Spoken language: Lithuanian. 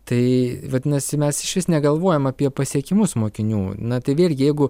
tai vadinasi mes išvis negalvojam apie pasiekimus mokinių na tai vėlgi jeigu